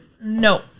No